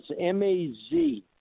M-A-Z